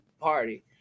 party